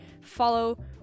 follow